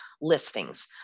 listings